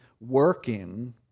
working